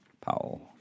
Powell